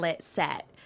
set